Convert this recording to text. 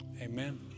amen